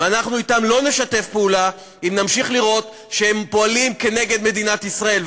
ואנחנו אתם לא נשתף פעולה אם נמשיך לראות שהם פועלים נגד מדינת ישראל.